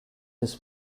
his